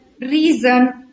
reason